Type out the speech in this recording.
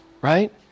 Right